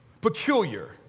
peculiar